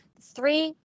three